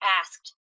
asked